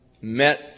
met